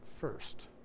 first